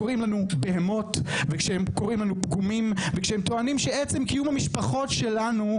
פגיעה שאנחנו רואים שהיא מתחילה מההסכמים הקואליציוניים של הממשלה הזו.